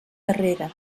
darrera